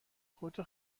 خودتو